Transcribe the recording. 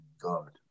God